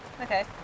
Okay